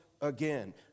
again